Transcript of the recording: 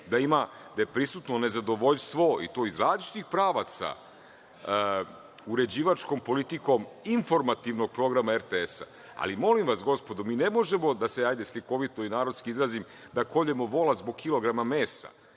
da je prisutno nezadovoljstvo i to iz različitih pravaca uređivačkom politikom informativnog programa RTS. Ali, molim vas gospodo, mi ne možemo, da se hajde slikovito i narodski izrazim, da koljemo vola zbog kilograma mesa. Mi